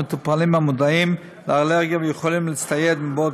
מטופלים המודעים לאלרגיה יכולים להצטייד מבעוד